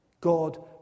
God